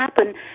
happen